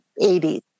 80s